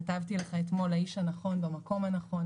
כתבתי לך אתמול, האיש הנכון במקום הנכון.